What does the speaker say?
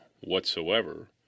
whatsoever